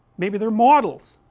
maybe they are models,